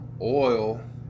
oil